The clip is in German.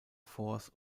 forts